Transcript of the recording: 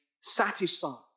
satisfied